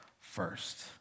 first